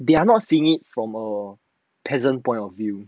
they are not seeing it from a peasant point of view